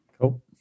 Cool